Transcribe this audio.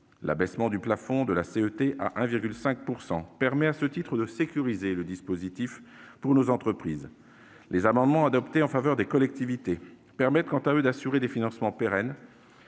économique territoriale (CET) à 1,5 % permet à ce titre de sécuriser le dispositif pour nos entreprises. Les amendements adoptés en faveur des collectivités permettent, quant à eux, d'assurer des financements pérennes.